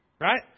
right